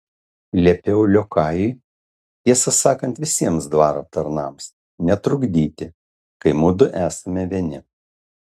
liepiau liokajui tiesą sakant visiems dvaro tarnams netrukdyti kai mudu esame vieni